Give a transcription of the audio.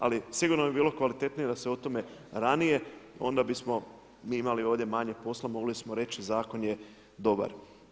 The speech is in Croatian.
Ali sigurno bi bilo kvalitetnije da se o tome ranije onda bismo mi ovdje imali manje posla, mogli smo reći zakon je dobar.